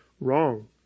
wrong